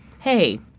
hey